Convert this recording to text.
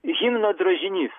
himno drožinys